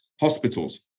hospitals